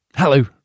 Hello